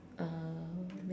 uh